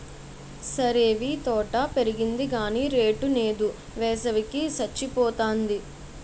సరేవీ తోట పెరిగింది గాని రేటు నేదు, వేసవి కి సచ్చిపోతాంది